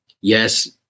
Yes